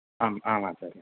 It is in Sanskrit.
आम् आम् आचार्या